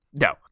No